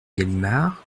galimard